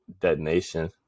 detonation